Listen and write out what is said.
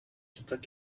stuck